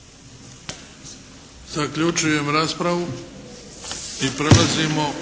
Zaključujem raspravu. Prelazimo